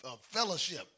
fellowship